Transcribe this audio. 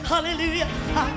Hallelujah